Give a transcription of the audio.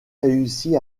réussi